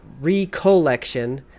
recollection